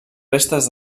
restes